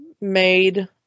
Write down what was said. made